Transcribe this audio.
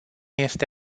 este